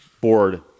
board